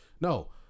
No